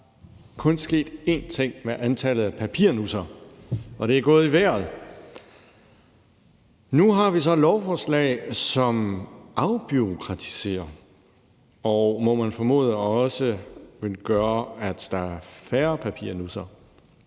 er der kun sket én ting med antallet af papirnussere: Det er gået i vejret. Nu har vi så et lovforslag, som afbureaukratiserer, og som man må formode også vil gøre, at der bliver færre papirnussere.